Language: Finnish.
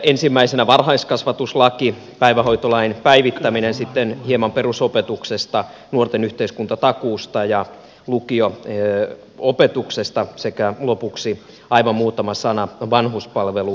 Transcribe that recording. ensimmäisenä varhaiskasvatuslaki päivähoitolain päivittäminen sitten hieman perusopetuksesta nuorten yhteiskuntatakuusta ja lukio opetuksesta sekä lopuksi aivan muutama sana vanhuspalvelulaista